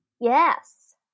Yes